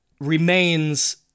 remains